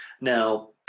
now